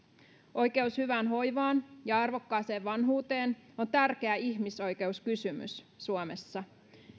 oikeus hyvään hoivaan ja arvokkaaseen vanhuuteen on tärkeä ihmisoikeuskysymys suomessa